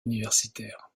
universitaires